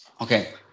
Okay